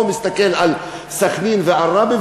או מסתכל על סח'נין ועראבה,